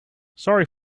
sorry